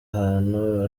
ahantu